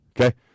okay